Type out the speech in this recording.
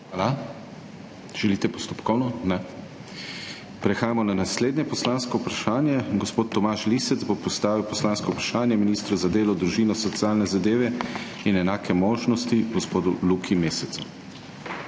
Hvala. Želite postopkovno? (Ne.) Ne? Prehajamo na naslednje poslansko vprašanje. Gospod Tomaž Lisec bo postavil poslansko vprašanje ministru za delo, družino, socialne zadeve in enake možnosti gospodu Luki Mesecu.